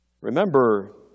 Remember